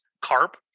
carp